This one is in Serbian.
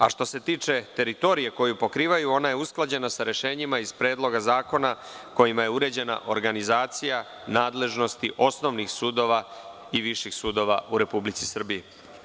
A što se tiče teritorije koju pokrivaju, ona je usklađena sa rešenjima iz Predloga zakona kojima je uređena organizacija nadležnosti osnovnih sudova i viših sudova u Republici Srbiji.